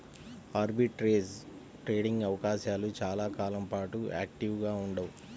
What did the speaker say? arbitrage trading అవకాశాలు చాలా కాలం పాటు యాక్టివ్గా ఉండవు